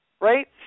right